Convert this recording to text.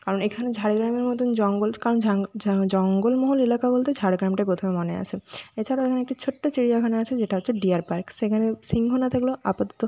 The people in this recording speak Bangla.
কারণ এখানে ঝাড়গ্রামের মতো জঙ্গল কারণ জঙ্গলমহল এলাকা বলতে ঝাড়গ্রামটা প্রথমে মনে আসে এছাড়াও এখানে একটা ছোট্ট চিড়িয়াখানা আছে যেটা হচ্ছে ডিয়ার পার্ক সেখানে সিংহ না থাকলেও আপাতত